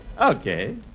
Okay